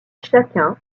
chacun